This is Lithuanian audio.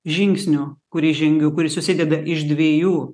žingsniu kurį žengiu kuris susideda iš dviejų